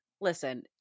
Listen